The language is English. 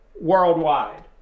worldwide